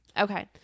Okay